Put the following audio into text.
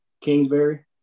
Kingsbury